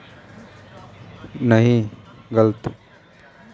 राजू अगले साल मुझे खुदाई के लिए बैकहो की जरूरत पड़ेगी